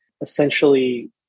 Essentially